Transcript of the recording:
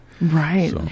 right